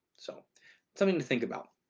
so something to think about.